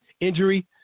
injury